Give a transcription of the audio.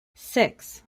six